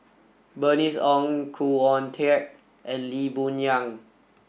Bernice Ong Khoo Oon Teik and Lee Boon Yang